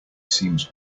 seems